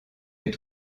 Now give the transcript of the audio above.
est